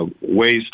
ways